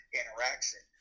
interaction